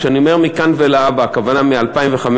וכשאני אומר מכאן ולהבא הכוונה מ-2015,